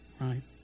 Right